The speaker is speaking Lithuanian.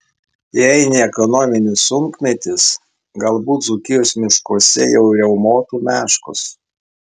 jei ne ekonominis sunkmetis galbūt dzūkijos miškuose jau riaumotų meškos